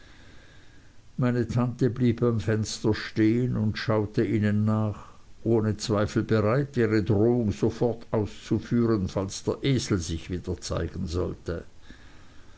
meine tante blieb beim fenster stehen und schaute ihnen nach ohne zweifel bereit ihre drohung sofort auszuführen falls der esel sich wieder zeigen sollte